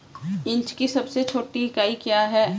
Inch की सबसे छोटी इकाई क्या है?